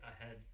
ahead